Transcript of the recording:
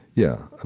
yeah, and